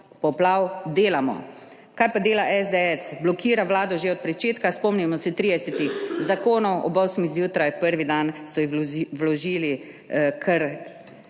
poplav delamo. Kaj pa dela SDS? Blokira vlado že od pričetka. Spomnimo se 30 zakonov ob osmih zjutraj prvi dan so jih vložili, kar